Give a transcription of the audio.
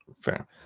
Fair